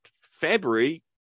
February